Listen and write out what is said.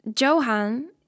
Johan